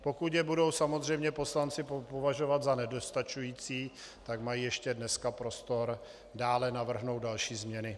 Pokud je budou samozřejmě poslanci považovat za nedostačující, tak mají ještě dneska prostor dále navrhnout další změny.